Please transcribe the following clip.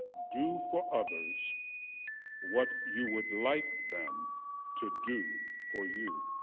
do for others what you would like them to do for you.